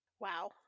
Wow